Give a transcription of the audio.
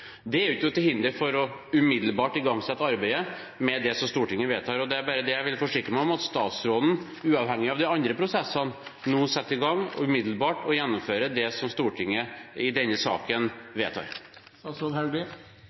Det er ikke til hinder for umiddelbart å igangsette arbeidet med det Stortinget vedtar. Jeg vil bare forsikre meg om at statsråden, uavhengig av de andre prosessene, umiddelbart setter i gang med å gjennomføre det Stortinget vedtar i denne